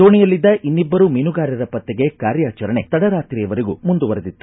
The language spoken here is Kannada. ದೋಣೆಯಲ್ಲಿದ್ದ ಇನ್ನಿಬ್ಲರು ಮೀನುಗಾರರ ಪತ್ತೆಗೆ ಕಾರ್ಯಾಚರಣೆ ತಡ ರಾತ್ರಿಯ ವರೆಗೂ ಮುಂದುವರೆದಿತ್ತು